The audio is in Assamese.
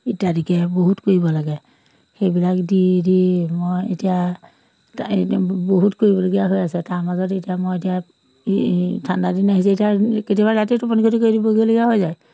ইত্যাদিকে বহুত কৰিব লাগে সেইবিলাক দি দি মই এতিয়া তা বহুত কৰিবলগীয়া হৈ আছে তাৰ মাজত এতিয়া মই এতিয়া এই ঠাণ্ডা দিন আহিছে এতিয়া এই কেতিয়াবা ৰাতি টোপনি খতি কৰিবলগীয়া হৈ যায়